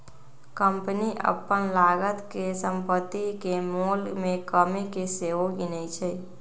company अप्पन लागत में सम्पति के मोल में कमि के सेहो गिनै छइ